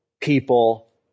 people